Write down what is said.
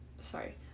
Sorry